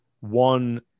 one